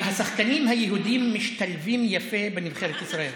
השחקנים היהודים משתלבים יפה בנבחרת ישראל.